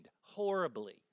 horribly